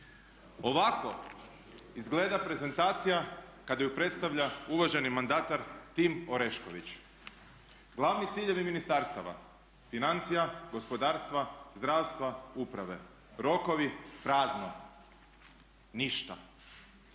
Ovako izgleda prezentacija kada je predstavlja uvaženi mandatar Tim Orešković. Glavni ciljevi ministarstava financija, gospodarstva, zdravstva, uprave, rokovi prazno, ništa.